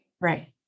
Right